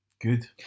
Good